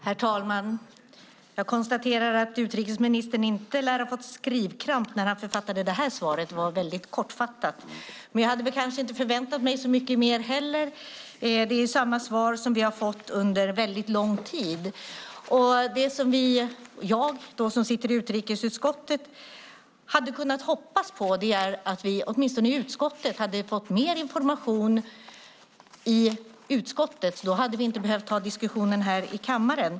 Herr talman! Jag konstaterar att utrikesministern inte lär ha fått skrivkramp när han författade detta svar. Det var kortfattat. Men jag hade kanske inte förväntat mig så mycket mer heller. Det är samma svar som vi har fått under lång tid. Det som jag som sitter i utrikesutskottet hade hoppats på var att vi åtminstone i utskottet hade fått mer information. Då hade vi inte behövt ta diskussionen här i kammaren.